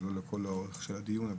אבל לא עקבתי לאורך כל הדיון.